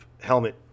helmet